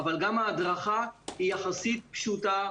אבל גם ההדרכה היא יחסית פשוטה,